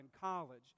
college